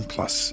Plus